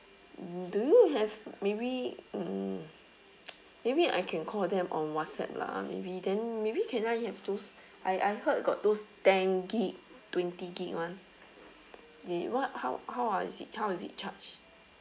do you have maybe mm maybe I can call them on whatsapp lah maybe then maybe can I have those I I heard got those then gig twenty gig one that one how how ah is it how is it charged